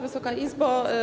Wysoka Izbo!